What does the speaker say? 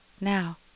now